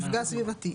מפגע סביבתי,